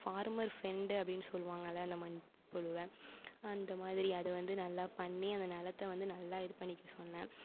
farmer friend அப்படினு சொல்லுவாங்க அதை அந்த மண்புழுவை அந்த மாதிரி அது வந்து நல்லா பண்ணி அந்த நிலத்த வந்து நல்லா இது பண்ணிக்க சொன்னேன்